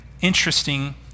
interesting